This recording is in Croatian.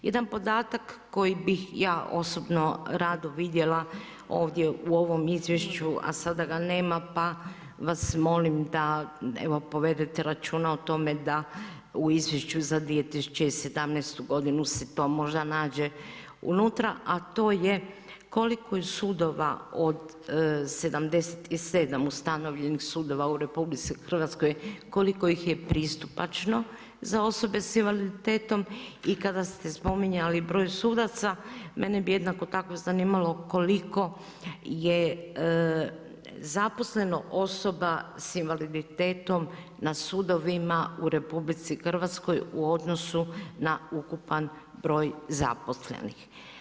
Jedan podatak koji bih ja osobno vidjela ovdje u ovom izvješću, a sada ga nema, pa vas molim da evo, povedete računa o tome, da u izvješću za 2017. g. se to možda nađe unutra, a to je koliko je sudova od 77 ustanovljenih sudova u RH, koliko ih je pristupačno za osobe s invaliditetom i kad ste spominjali broj sudaca, mene bi jednako tako zanimalo, koliko je zaposleno osoba s invaliditetom na sudovima u RH u odnosu na ukupan broj zaposlenih?